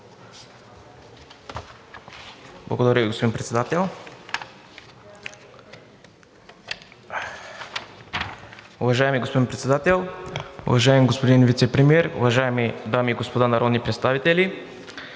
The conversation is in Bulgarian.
Благодаря Ви, господин Председател. Уважаеми господин Председател, уважаеми господин Вицепремиер, уважаеми дами и господа народни представители!